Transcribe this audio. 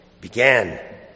began